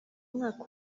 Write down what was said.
mwaka